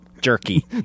jerky